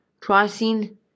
pricing